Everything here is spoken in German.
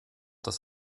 das